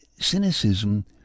cynicism